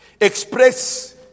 express